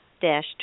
dash